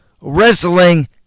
wrestling